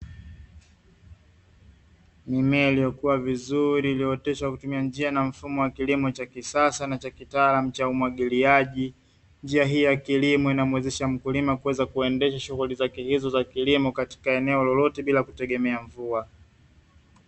Mimea iliyokua vizuri, iliyooteshwa vizuri kupitia njia na mfumo wa kilimo cha kisasa na chakitaalamu, cha umwagiliaji. Njia hii ya kilimo inamuwezesha mkulima kuweza kuendesha shughuli zake hizo katika eneo lolote, bila kutegemea mvua.